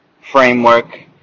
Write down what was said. framework